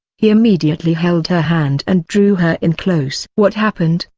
he immediately held her hand and drew her in close. what happened,